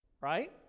right